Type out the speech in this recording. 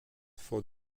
for